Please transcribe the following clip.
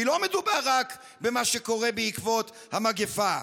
כי לא מדובר רק במה שקורה בעקבות המגפה.